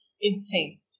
Insane